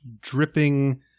dripping